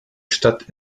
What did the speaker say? stadt